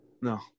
No